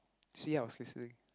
see i was listening